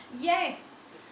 Yes